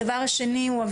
הדבר השני הוא,